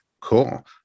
Cool